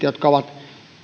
jotka ovat